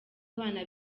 abana